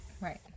Right